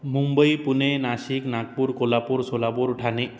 Mumbai Pune Nashik Nagpur Kolhapur Solapur Thane